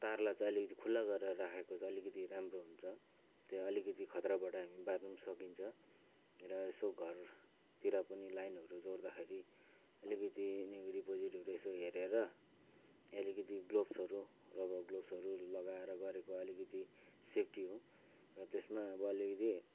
तारलाई चाहिँ अलिकति खुल्ला गरेर राखेको छ अलिकति राम्रो हुन्छ त्यो अलिकति खतराबाट हामी बाँच्नु पनि सकिन्छ र यसो घरतिर पनि लाइनहरू जोड्दाखेरि अलिकति नेगेटिभ पोजिटिभहरू यसो हेरेर अलिकति ग्लोब्सहरू रबर ग्लोब्सहरू लगाएर गरेको अलिकति सेफ्टी हो र त्यसमा अब अलिकति